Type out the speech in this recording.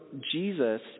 Jesus